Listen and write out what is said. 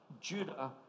Judah